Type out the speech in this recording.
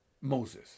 Moses